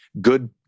good